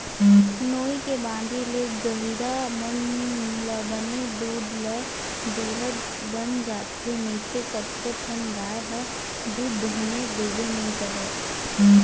नोई के बांधे ले गहिरा मन ल बने दूद ल दूहूत बन जाथे नइते कतको ठन गाय ह दूद दूहने देबे नइ करय